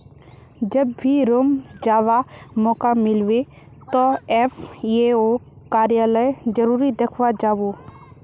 जब भी रोम जावा मौका मिलबे तो एफ ए ओ कार्यालय जरूर देखवा जा बो